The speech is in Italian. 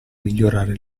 migliorare